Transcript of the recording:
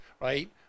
right